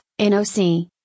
NOC